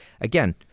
again